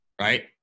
right